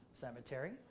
Cemetery